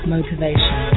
Motivation